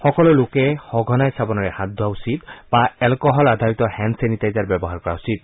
সকলো লোকে সঘনাই চাবোনেৰে হাত ধোৱা উচিত বা এলকহল আধাৰিত হেণ্ড চেনিটাইজাৰ ব্যৱহাৰ কৰা উচিত